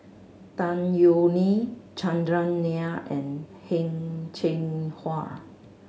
Tan Yeok Nee Chandran Nair and Heng Cheng Hwa